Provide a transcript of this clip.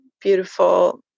beautiful